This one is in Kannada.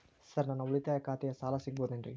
ಸರ್ ನನ್ನ ಉಳಿತಾಯ ಖಾತೆಯ ಸಾಲ ಸಿಗಬಹುದೇನ್ರಿ?